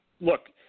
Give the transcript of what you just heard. look